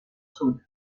sud